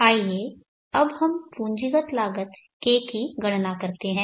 आइए अब हम पूंजीगत लागत K की गणना करते हैं